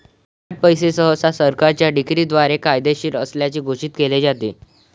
Fiat पैसे सहसा सरकारच्या डिक्रीद्वारे कायदेशीर असल्याचे घोषित केले जाते